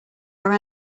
our